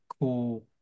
cool